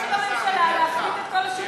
זה פטנט של הממשלה להפריט את כל השירותים הציבוריים.